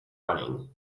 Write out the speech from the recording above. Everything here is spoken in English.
running